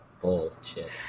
bullshit